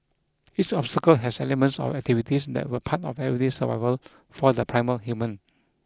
each obstacle has elements of activities that were part of everyday survival for the primal human